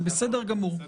זה בסדר גמור.